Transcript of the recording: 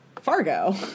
Fargo